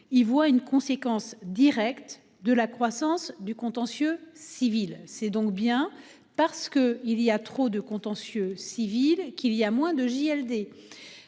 y voit une conséquence directe de la croissance du contentieux civil c'est donc bien parce que il y a trop de contentieux civil qu'il y a moins de JLD